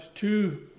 two